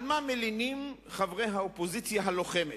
על מה מלינים חברי האופוזיציה הלוחמת?